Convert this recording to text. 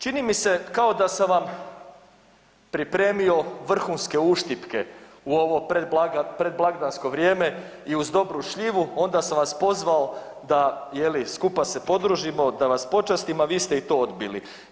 Čini mi se kao da sam vam pripremio vrhunske uštipke u ovo predblagdansko vrijeme i uz dobru šljivu onda sam vas pozvao da skupa se podružimo, da vas počastim, a vi ste i to odbili.